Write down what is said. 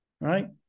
right